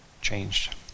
changed